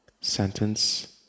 sentence